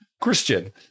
christian